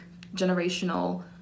generational